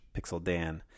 Pixeldan